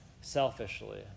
selfishly